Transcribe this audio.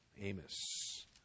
Amos